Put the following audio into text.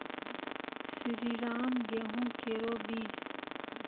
श्रीराम गेहूँ केरो बीज?